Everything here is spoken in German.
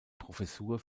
professur